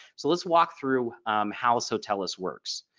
so let's walk through how sotellus works.